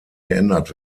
geändert